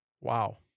Wow